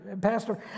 Pastor